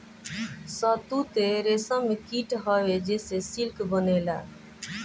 शहतूत रेशम कीट हवे जेसे सिल्क बनेला